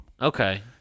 Okay